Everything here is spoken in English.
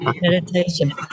meditation